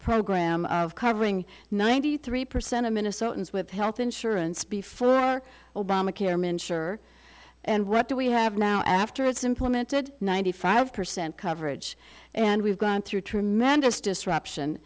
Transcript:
program of covering ninety three percent of minnesotans with health insurance be for obamacare men sure and what do we have now after it's implemented ninety five percent coverage and we've gone through tremendous disruption